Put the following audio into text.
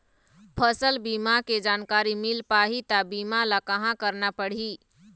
फसल बीमा के जानकारी मिल पाही ता बीमा ला कहां करना पढ़ी?